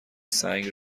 سنگ